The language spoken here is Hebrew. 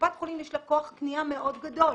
כשקופת חולים יש לה כוח קנייה מאוד גדול,